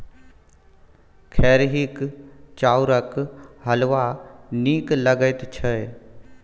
खेरहीक चाउरक हलवा नीक लगैत छै